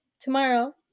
tomorrow